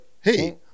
hey